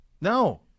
no